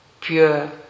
pure